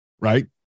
right